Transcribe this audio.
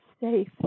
safe